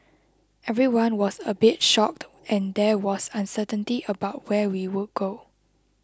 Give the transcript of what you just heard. everyone was a bit shocked and there was uncertainty about where we would go